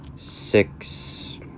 six